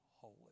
holy